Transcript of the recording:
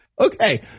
Okay